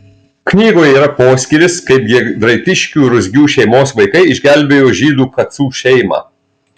knygoje yra poskyris kaip giedraitiškių ruzgių šeimos vaikai išgelbėjo žydų kacų šeimą